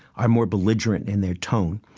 ah more belligerent in their tone.